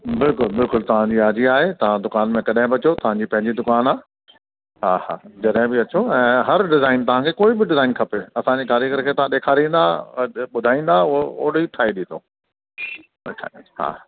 बिल्कुलु बिल्कुलु तव्हां जी हाजी आहे तव्हां दुकान में कॾहिं बि अचो तव्हां जी पंहिंजी दुकानु आहे हा हा जॾहिं बि अचो ऐं हर ॾिज़ाइन तव्हां खे कोई बि डिज़ाइन खपे असांजे कारीगर खे तव्हां ॾेखारींदा अॼु ॿुधाईंदा उहो ओड़ो ई ठाहे ॾींदो अच्छा अच्छा हा